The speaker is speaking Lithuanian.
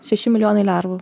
šeši milijonai lervų